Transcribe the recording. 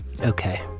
okay